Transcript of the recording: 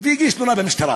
והגיש תלונה במשטרה,